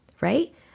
right